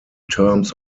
terms